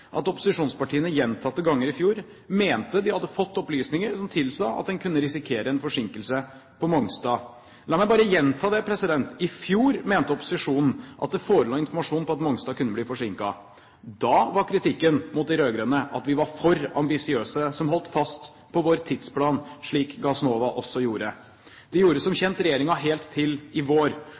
at opposisjonspartiene gjentatte ganger i fjor mente de hadde fått opplysninger som tilsa at en kunne risikere en forsinkelse på Mongstad. La meg bare gjenta det: I fjor mente opposisjonen at det forelå informasjon om at Mongstad kunne bli forsinket. Da var kritikken mot de rød-grønne at vi var for ambisiøse som holdt fast på vår tidsplan, slik Gassnova også gjorde. Det gjorde som kjent regjeringen helt til i vår.